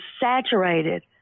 saturated